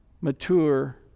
mature